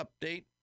update